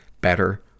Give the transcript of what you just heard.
Better